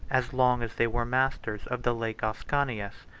as long as they were masters of the lake ascanius,